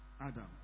Adam